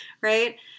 right